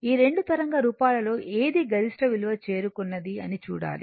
ఈ రెండు తరంగ రూపాలలో ఏది గరిష్ట విలువ చేరుకున్నది అని చూడాలి